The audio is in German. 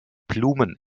blumen